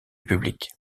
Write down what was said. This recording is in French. public